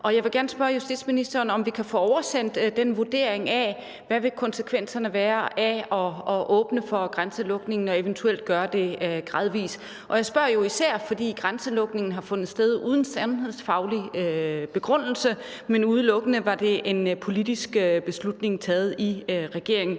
Jeg vil gerne spørge justitsministeren, om vi kan få oversendt vurderingen af, hvad konsekvenserne vil være af at åbne for grænsen og eventuelt gøre det gradvis. Jeg spørger jo især, fordi grænselukningen har fundet sted uden en sundhedsfaglig begrundelse. Det var udelukkende en politisk beslutning taget i regeringen,